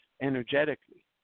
energetically